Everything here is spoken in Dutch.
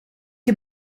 heb